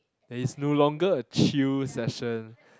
there is no longer a chill session